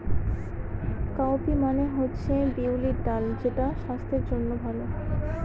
cowpea মানে হচ্ছে বিউলির ডাল যেটা স্বাস্থ্যের জন্য ভালো